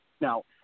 now